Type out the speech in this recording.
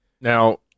Now